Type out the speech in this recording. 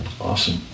Awesome